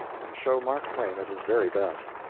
and show mark twain at his very best.